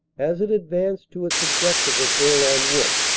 as it advanced to its objective of bourlon wood,